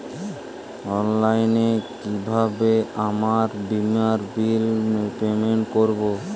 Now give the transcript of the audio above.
অনলাইনে কিভাবে আমার বীমার বিল পেমেন্ট করবো?